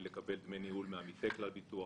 אני גם חדלתי מלקבל דמי ניהול מעמיתי כלל ביטוח.